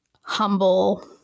humble